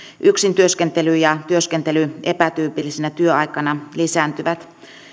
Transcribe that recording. yksintyöskentely ja työskentely epätyypillisenä työaikana lisääntyvät